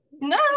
no